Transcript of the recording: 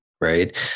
right